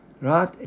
Right